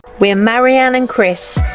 we are marianne and chris,